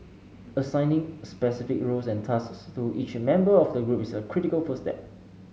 assigning specific roles and tasks to each member of the group is a critical first step